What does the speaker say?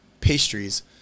pastries